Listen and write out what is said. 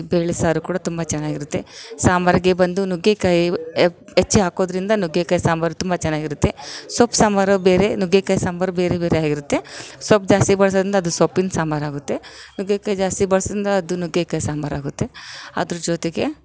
ಬೇಳೆ ಸಾರು ಕೂಡ ತುಂಬ ಚೆನ್ನಾಗಿರುತ್ತೆ ಸಾಂಬಾರಿಗೆ ಬಂದು ನುಗ್ಗೆಕಾಯಿ ಎಪ್ ಹೆಚ್ಚಿ ಹಾಕೋದ್ರಿಂದ ನುಗ್ಗೆಕಾಯಿ ಸಾಂಬಾರು ತುಂಬ ಚೆನ್ನಾಗಿರುತ್ತೆ ಸೊಪ್ಪು ಸಾಂಬಾರು ಬೇರೆ ನುಗ್ಗೆಕಾಯಿ ಸಾಂಬಾರು ಬೇರೆ ಬೇರೆಯಾಗಿರುತ್ತೆ ಸೊಪ್ಪು ಜಾಸ್ತಿ ಬಳಸೋದ್ರಿಂದ ಅದು ಸೊಪ್ಪಿನ ಸಾಂಬಾರು ಆಗುತ್ತೆ ನುಗ್ಗೆಕಾಯಿ ಜಾಸ್ತಿ ಬಳಸೋದ್ರಿಂದ ಅದು ನುಗ್ಗೆಕಾಯಿ ಸಾಂಬಾರು ಆಗುತ್ತೆ ಅದ್ರ ಜೊತೆಗೆ